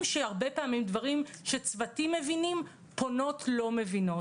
שהרבה פעמים דברים שצוותים מבינים פונות לא מבינות,